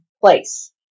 place